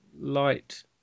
light